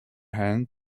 hand